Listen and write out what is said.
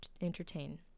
entertain